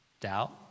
doubt